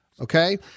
okay